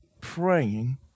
praying